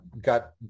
got